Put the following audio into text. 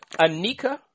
Anika